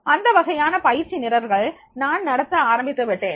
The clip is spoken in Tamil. அந்த வகையான பயிற்சி நிரல்களை நான் நடத்த ஆரம்பித்து விட்டேன்